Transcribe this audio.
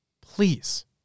please